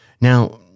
Now